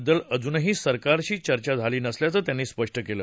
बद्दल अजूनही सरकारशी चर्चा झाली नसल्याचं त्यांनी स्पष्ट केलं